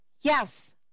yes